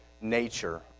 nature